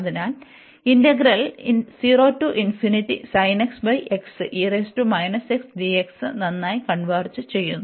അതിനാൽ ഇന്റഗ്രൽ നന്നായി കൺവെർജ് ചെയ്യുന്നു